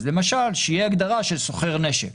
אז כמו שאמרתי, למשל שתהיה הגדרה של סוחר נשק.